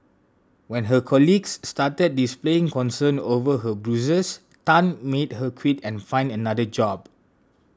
when her colleagues started displaying concern over her bruises Tan made her quit and find another job